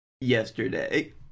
yesterday